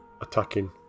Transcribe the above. attacking